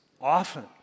often